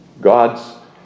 God's